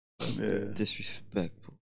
Disrespectful